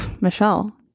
Michelle